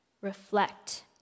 reflect